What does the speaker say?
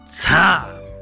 time